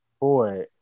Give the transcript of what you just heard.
Boy